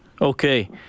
Okay